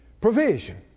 provision